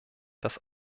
das